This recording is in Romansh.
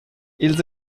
ils